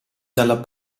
dalla